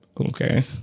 Okay